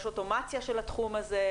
יש אוטומציה של התחום הזה,